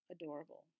adorable